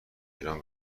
ایران